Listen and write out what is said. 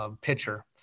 pitcher